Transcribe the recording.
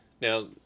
Now